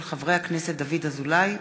הצעתם של חברי הכנסת דוד אזולאי,